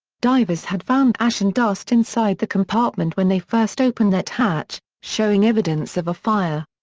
divers had found ash and dust inside the compartment when they first opened that hatch, showing evidence of a fire.